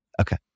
Okay